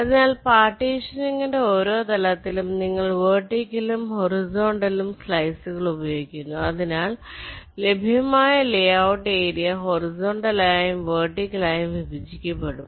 അതിനാൽ പാർട്ടീഷനിംഗിന്റെ ഓരോ തലത്തിലും നിങ്ങൾ വെർട്ടിക്കലും ഹോറിസോണ്ടെലും സ്ലൈസുകൾ ഉപയോഗിക്കുന്നു അതിനാൽ ലഭ്യമായ ലെ ഔട്ട് ഏരിയ ഹോറിസോണ്ടലായും വെർട്ടിക്കൽ ആയും വിഭജിക്കപ്പെടും